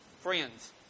friends